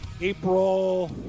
April